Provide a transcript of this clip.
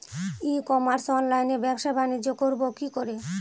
ই commerce অনলাইনে ব্যবসা বানিজ্য করব কি করে?